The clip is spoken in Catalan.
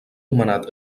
nomenat